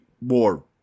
more